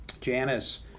Janice